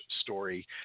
story